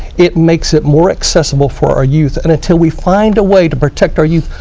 it makes it more accessible for our youth. and until we find a way to protect our youth,